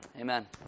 amen